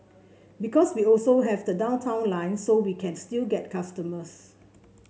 because we also have the Downtown Line so we can still get customers